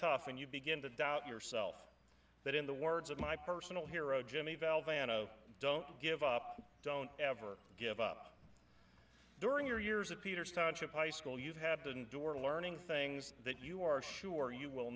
tough and you begin to doubt yourself but in the words of my personal hero jimmy valve and don't give up don't ever give up during your years at peter's township high school you have to endure learning things that you are sure you will